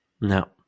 No